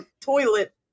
toilet